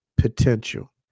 potential